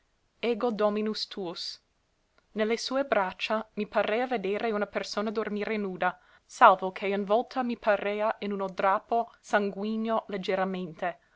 ego dominus tuus ne le sue braccia mi parea vedere una persona dormire nuda salvo che involta mi parea in uno drappo sanguigno leggeramente